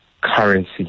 currency